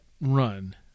run